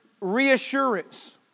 reassurance